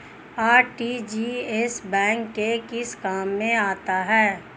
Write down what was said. RTGS bank के किस काम में आता है?